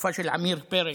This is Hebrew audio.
בתקופה של עמיר פרץ,